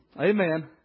Amen